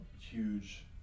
huge